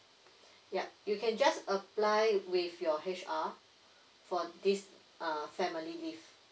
yeah you can just apply with your H_R for this uh family leave